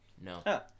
No